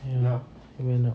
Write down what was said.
!haiya! it went up